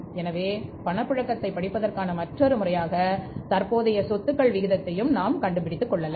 எனவே பணப்புழக்கத்தைப் படிப்பதற்கான மற்றொரு முறையாக தற்போதைய சொத்துக்கள் விகிதத்தையும் நாம் கண்டுபிடித்துக் கொள்ளலாம்